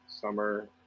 summer